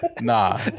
Nah